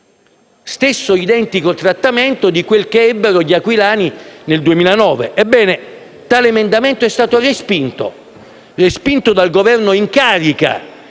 stesso identico trattamento che ebbero gli aquilani nel 2009. Ebbene, tale emendamento è stato respinto dal Governo in carica